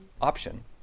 option